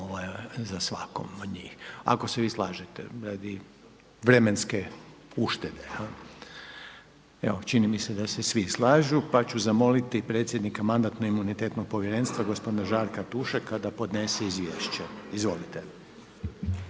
za svakog od njih. Ako se vi slažete radi vremenske uštede. Evo čini mi se da se svi slažu pa ću zamoliti predsjednika Mandatno-imunitetnog povjerenstva gospodina Žarka Tušeka da podnese izvješće. Izvolite.